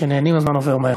כשנהנים הזמן עובר מהר.